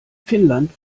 finnland